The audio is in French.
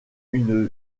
une